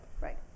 Right